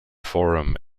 forum